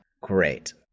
great